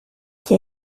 que